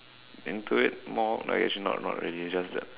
into it more like as in not not really it's just that